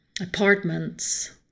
apartments